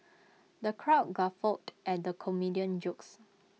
the crowd guffawed at the comedian's jokes